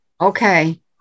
Okay